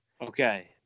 Okay